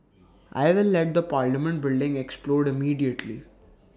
I will let the parliament building explode immediately